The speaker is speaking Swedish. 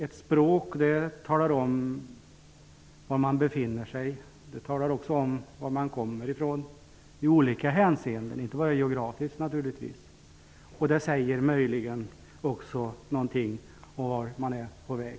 Ett språk talar om var man befinner sig. Det talar också i olika hänseenden om varifrån man kommer, naturligtvis inte bara geografiskt. Det säger möjligen också något om vart man är på väg.